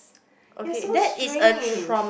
you're so strange